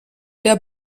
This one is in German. der